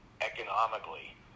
economically